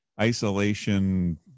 isolation